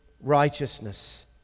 righteousness